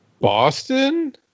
Boston